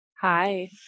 Hi